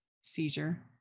seizure